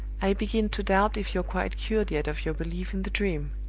i begin to doubt if you're quite cured yet of your belief in the dream.